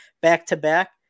back-to-back